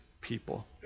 people